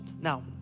Now